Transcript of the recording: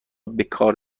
بکار